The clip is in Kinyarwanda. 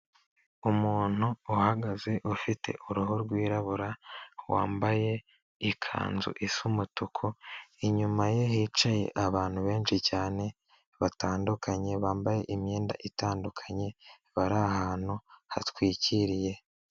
Umuntu uhagaze ufite uruhu rwirabura, wambaye ikanzu isa umutuku, inyuma ye hicaye abantu benshi cyane batandukanye, bambaye imyenda itandukanye, bari ahantu hatwikiriye.